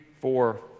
four